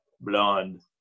blonde